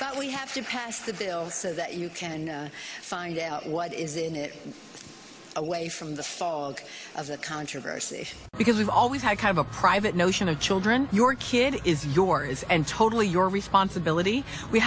that we have to pass the bill so that you can find what is in it away from the fog of the controversy because we've always had kind of a private notion of children your kid is yours and totally your responsibility we